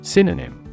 Synonym